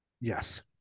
Yes